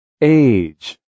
Age